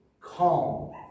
calm